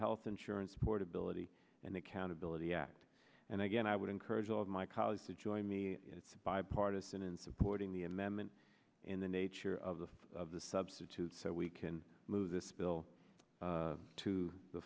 health insurance portability and accountability act and again i would encourage all of my colleagues to join me it's bipartisan in supporting the amendment in the nature of the of the substitute so we can move this bill to the